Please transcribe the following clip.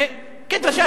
כדרישת